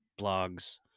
blogs